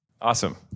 Awesome